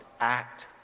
act